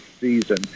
season